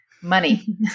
money